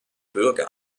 bürger